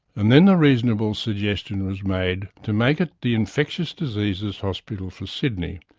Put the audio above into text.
and then the reasonable suggestion was made to make it the infectious diseases hospital for sydney,